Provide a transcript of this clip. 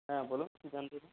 হ্যাঁ বলুন কী জানতে চান